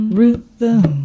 rhythm